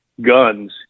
Guns